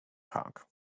park